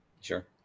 sure